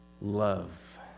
love